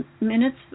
minutes